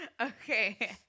Okay